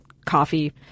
coffee